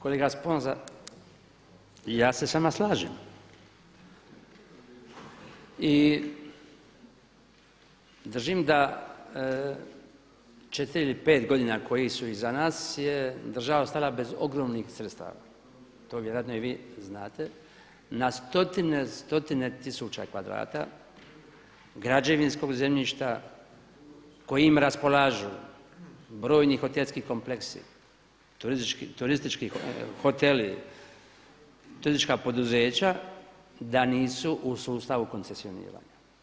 Kolega Sponza ja se s vama slažem i držim da 4, 5 godina koje su iza nas je država ostala bez ogromnih sredstava, to vjerojatno i vi znate na stotine, stotine tisuća kvadrata, građevinskog zemljišta kojim raspolažu brojni hotelski kompleksi, turistički hoteli, turistička poduzeća da nisu u sustavu koncesioniranja.